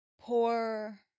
poor